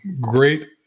great